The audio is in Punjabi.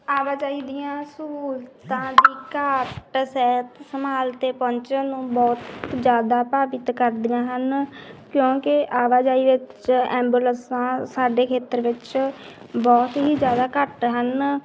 ਆਵਾਜਾਈ ਦੀਆਂ ਸਹੂਲਤਾਂ ਦੀ ਘਾਟ ਸਿਹਤ ਸੰਭਾਲ 'ਤੇ ਪਹੁੰਚਣ ਨੂੰ ਬਹੁਤ ਜ਼ਿਆਦਾ ਪ੍ਰਭਾਵਿਤ ਕਰਦੀਆਂ ਹਨ ਕਿਉਂਕਿ ਆਵਾਜਾਈ ਵਿੱਚ ਐਂਬੂਲੈਂਸਾਂ ਸਾਡੇ ਖੇਤਰ ਵਿੱਚ ਬਹੁਤ ਹੀ ਜ਼ਿਆਦਾ ਘੱਟ ਹਨ